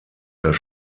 das